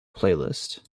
playlist